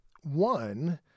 One